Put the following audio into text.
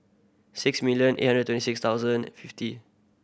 six million eight hundred twenty thoudand fifty